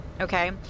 okay